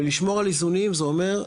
ולשמור על איזונים זה אומר,